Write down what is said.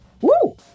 Woo